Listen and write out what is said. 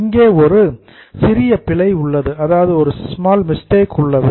இங்கே ஒரு small error சிறிய பிழை உள்ளது